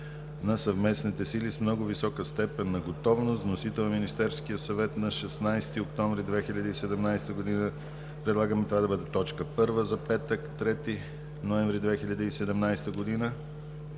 на Съвместните сили с много висока степен на готовност (VJTF). Вносител – Министерският съвет, 16 октомври 2017 г. Предлагаме това да бъде точка първа за петък, 3 ноември 2017 г.